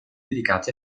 dedicati